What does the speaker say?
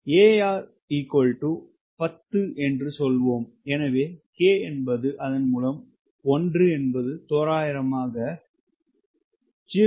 AR 10 என்று சொல்வோம் எனவே K என்பது அதன் மூலம் 1 என்பது தோராயமாக 0